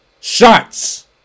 shots